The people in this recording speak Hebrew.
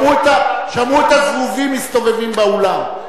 שמעו את הזבובים מסתובבים באולם.